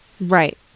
Right